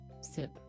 Sip